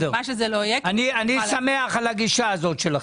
אני שמח על גישתכם זאת.